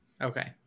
Okay